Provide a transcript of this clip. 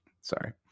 Sorry